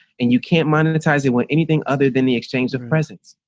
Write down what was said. and you can't monetize it with anything other than the exchange of presence.